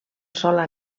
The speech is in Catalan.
sola